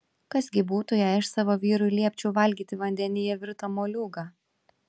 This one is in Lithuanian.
kas gi būtų jei aš savo vyrui liepčiau valgyti vandenyje virtą moliūgą